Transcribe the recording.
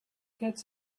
get